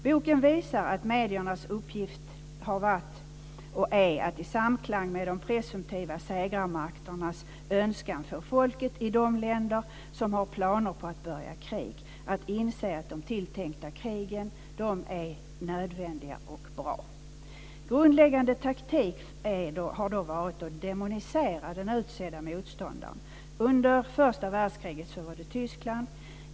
Boken visar att mediernas uppgift har varit och är att i samklang med de presumtiva segrarmakternas önskan få folket i de länder som har planer på att börja krig att inse att de tilltänkta krigen är nödvändiga och bra. Grundläggande taktik har varit att demonisera den utsedde motståndaren. Under första världskriget var det Tyskland.